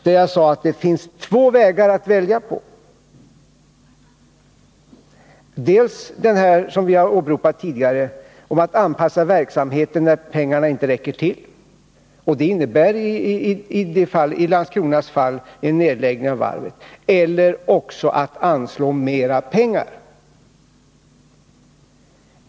Där sade jag att det fanns två vägar att välja mellan, dels den vi har åberopat tidigare, dvs. att anpassa verksamheten när pengarna inte räcker till — och det innebär i Landskronas fall en nedläggning av varvet — dels att anslå mera pengar.